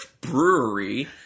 brewery